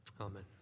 amen